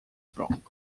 wrong